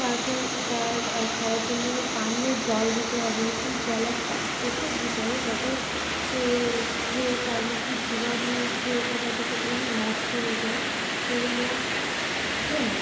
তাকে তার খাওয়ার জন্যে পানীয়ীয় জল দিতে হবে সেই জলে একটা ওষুধ দিতে হবে যাতে সে খেয়ে তার মধ্যে জীবাণু যেটা থাকে সেটা যেন নষ্ট হয়ে যায় সে যেন